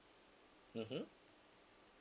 mmhmm